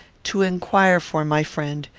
to inquire for my friend,